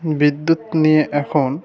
বিদ্যুৎ নিয়ে এখন